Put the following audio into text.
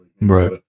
Right